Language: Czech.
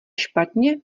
špatně